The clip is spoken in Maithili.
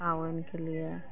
पाबनिके लिये